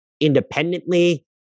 independently